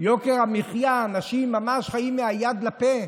יוקר המחיה, אנשים ממש חיים מהיד לפה,